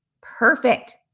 Perfect